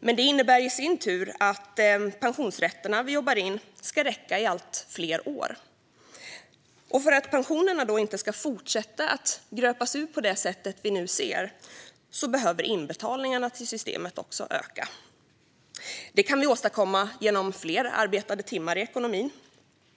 Men det innebär i sin tur att pensionsrätterna vi jobbar in ska räcka i allt fler år. För att pensionerna inte ska fortsätta att gröpas ur på det sätt vi nu ser behöver inbetalningarna till systemet öka. Det kan vi åstadkomma genom fler arbetade timmar i ekonomin.